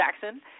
Jackson